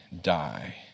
die